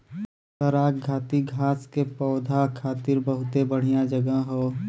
बराक घाटी बांस के पौधा खातिर बहुते बढ़िया जगह हौ